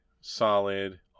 solid